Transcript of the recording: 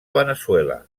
veneçuela